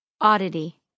Oddity